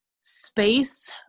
space